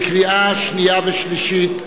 לקריאה שנייה ושלישית.